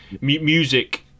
music